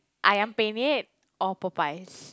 Ayam-Penyet or Popeyes